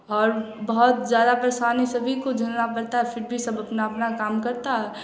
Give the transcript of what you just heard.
और बहुत ज़्यादा परेशानी सभी को झेलना पड़ता है फ़िर भी सब अपना अपना काम करता है